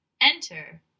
Enter